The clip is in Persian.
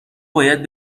باید